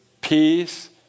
peace